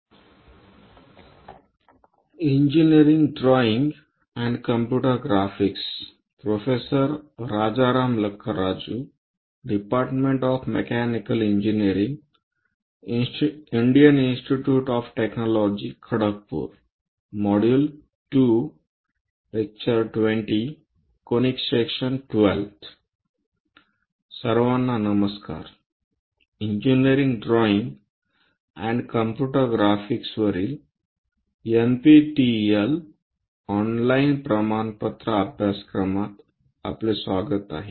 सर्वांना नमस्कार engineering drawing and computer ग्राफिक्सवरील एनपीटीईएल ऑनलाईन प्रमाणपत्र अभ्यासक्रमात आपले स्वागत आहे